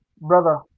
brother